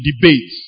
debate